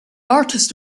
artist